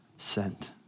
Sent